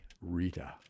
Rita